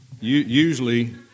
Usually